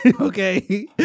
Okay